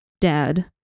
Dad